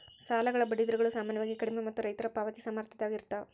ಸಾಲಗಳ ಬಡ್ಡಿ ದರಗಳು ಸಾಮಾನ್ಯವಾಗಿ ಕಡಿಮೆ ಮತ್ತು ರೈತರ ಪಾವತಿ ಸಾಮರ್ಥ್ಯದಾಗ ಇರ್ತವ